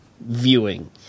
viewing